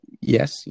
yes